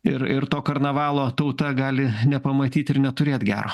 ir ir to karnavalo tauta gali nepamatyt ir neturėt gero